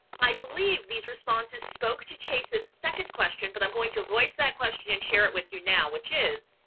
i believe these responses spoke to chase's second question, but i'm going to voice that question and share it with you now, which is,